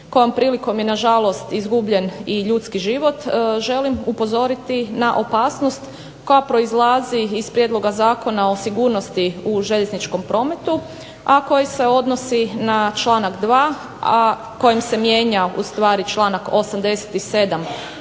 kojom prilikom je nažalost izgubljen i ljudski život, želim upozoriti na opasnost koja proizlazi iz prijedloga Zakona o sigurnosti u željezničkom prometu, a koji se odnosi na članak 2., a kojim se mijenja ustvari članak 87.